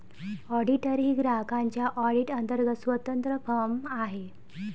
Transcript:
auditor ही ग्राहकांच्या audit अंतर्गत स्वतंत्र फर्म आहे